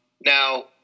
Now